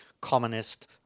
communist